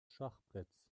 schachbretts